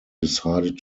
decided